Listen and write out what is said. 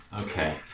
okay